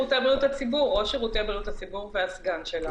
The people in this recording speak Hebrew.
בבידוד בית לפי סעיפים 2 או 2ב לצו בידוד בית.